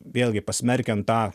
vėlgi pasmerkiant tą